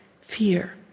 fear